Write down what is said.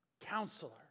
Counselor